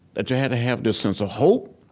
that you had to have this sense of hope,